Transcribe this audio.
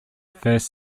first